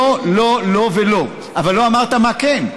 לא לא לא ולא, אבל לא אמרת מה כן,